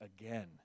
again